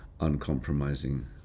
uncompromising